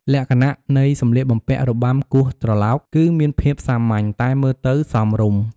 លក្ខណៈនៃសម្លៀកបំពាក់របាំគោះត្រឡោក គឺមានភាពសាមញ្ញ តែមើលទៅសមរម្យ ។